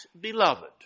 beloved